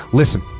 listen